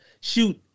shoot